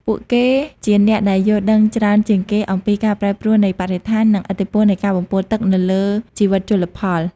ពួកគេជាអ្នកដែលយល់ដឹងច្រើនជាងគេអំពីការប្រែប្រួលនៃបរិស្ថាន និងឥទ្ធិពលនៃការបំពុលទឹកទៅលើជីវិតជលផល។